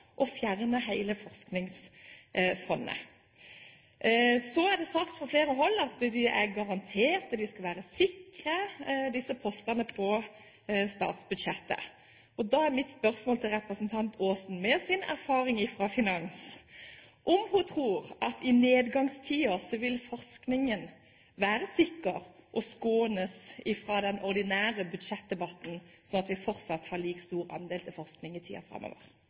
å fjerne hele Forskningsfondet. Så er det sagt fra flere hold at de er garantert, og at de skal være sikre, disse postene på statsbudsjettet. Da er mitt spørsmål til representant Aasen om hun, med sin erfaring fra finanskomiteen, tror at forskningen i nedgangstider vil være sikker og skånes fra den ordinære budsjettdebatten, sånn at vi fortsatt har en like stor andel til forskning i tiden framover.